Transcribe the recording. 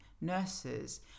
nurses